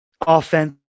Offense